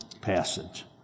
passage